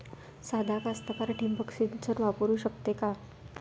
सादा कास्तकार ठिंबक सिंचन वापरू शकते का?